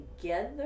together